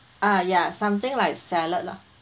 ah ya something like salad lah